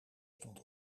stond